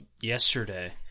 yesterday